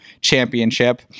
championship